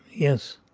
yes.